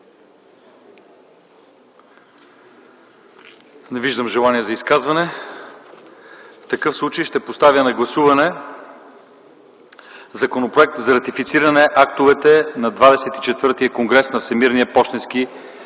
Не виждам желаещи. В такъв случай ще поставя на гласуване Законопроекта за ратифициране на актове на ХХІV конгрес на Всемирния пощенски